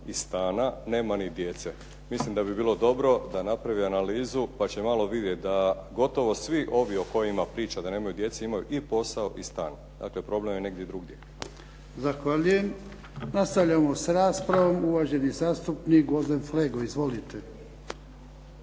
i stana nema ni djece.“ Mislim da bi bilo dobro da napravi analizu, pa će malo vidjeti da gotovo svi ovi o kojima priča da nemaju djece imaju i posao i stan. Dakle, problem je negdje drugdje. **Jarnjak, Ivan (HDZ)** Zahvaljujem. Nastavljamo sa raspravom. Uvaženi zastupnik Gvozden Flego. Izvolite.